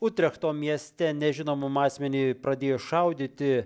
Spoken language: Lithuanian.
utrechto mieste nežinomam asmeniui pradėjus šaudyti